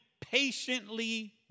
patiently